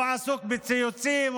הוא עסוק בציוצים,